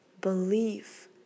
Belief